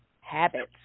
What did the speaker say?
habits